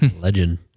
legend